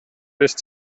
lässt